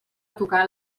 tocar